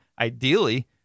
Ideally